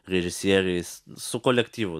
režisieriais su kolektyvu